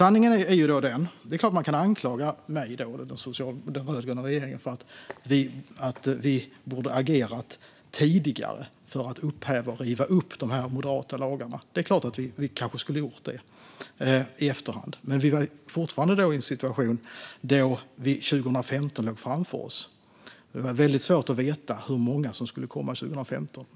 Det är klart att man kan anklaga mig, eller den rödgröna regeringen, för att vi borde ha agerat tidigare och rivit upp de moderata lagarna. Det är klart att vi kunde ha gjort det, kan man säga i efterhand. Men vi var fortfarande i en situation då 2015 låg framför oss. Det var svårt att veta hur många som skulle komma 2015.